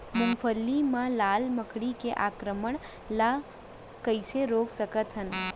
मूंगफली मा लाल मकड़ी के आक्रमण ला कइसे रोक सकत हन?